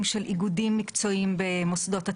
של איגודים מקצועיים במוסדות התכנון,